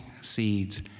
seeds